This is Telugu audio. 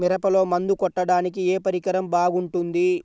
మిరపలో మందు కొట్టాడానికి ఏ పరికరం బాగుంటుంది?